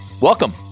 Welcome